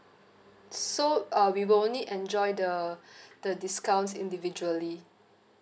so uh we will only enjoy the the discounts individually